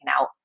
out